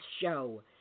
show